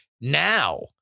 now